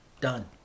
Done